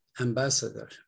ambassador